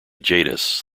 jadis